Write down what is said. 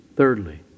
Thirdly